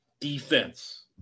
defense